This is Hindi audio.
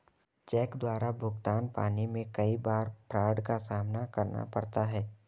चेक द्वारा भुगतान पाने में कई बार फ्राड का सामना करना पड़ता है